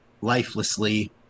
lifelessly